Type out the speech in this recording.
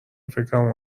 فکرم